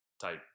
type